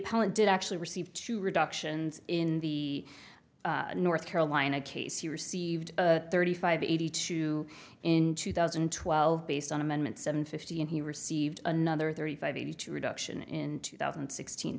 appellant did actually receive two reductions in the north carolina case he received thirty five eighty two in two thousand and twelve based on amendment seven fifteen he received another thirty five eighty two reduction in two thousand and sixteen